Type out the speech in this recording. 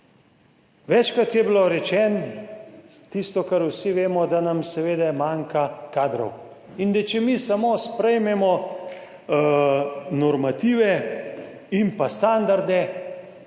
Večkrat je bilo rečeno tisto, kar vsi vemo, da nam seveda manjka kadrov in da če mi samo sprejmemo normative in pa standarde,